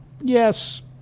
yes